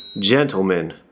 Gentlemen